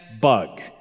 bug